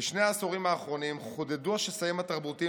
בשני העשורים האחרונים חודדו השסעים התרבותיים